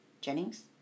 Jennings